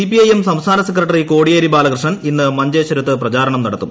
CPIM സംസ്ഥാന secretary Kodiyeri Balakrishnan ഇന്ന് മഞ്ചേശ്വരത്ത് പ്രചാരണം നടത്തും